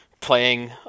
playing